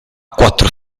quattro